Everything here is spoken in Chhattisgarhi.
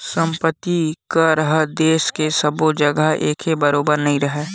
संपत्ति कर ह देस के सब्बो जघा एके बरोबर नइ राहय